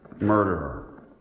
murderer